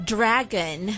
Dragon